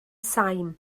sain